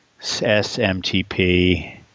SMTP